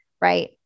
Right